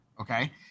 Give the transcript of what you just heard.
okay